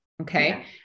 Okay